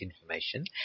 information